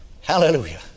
Hallelujah